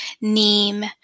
neem